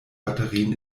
batterien